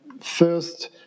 first